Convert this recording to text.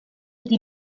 die